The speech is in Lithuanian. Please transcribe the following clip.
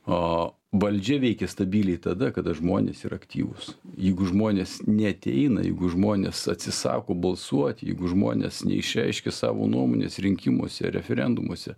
o valdžia veikia stabiliai tada kada žmonės yra aktyvūs jeigu žmonės neateina jeigu žmonės atsisako balsuot jeigu žmonės neišreiškia savo nuomonės rinkimuose referendumuose